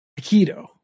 Aikido